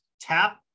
tap